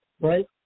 Right